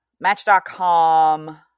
Match.com